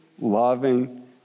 loving